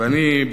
אני,